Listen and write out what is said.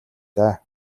даа